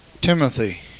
Timothy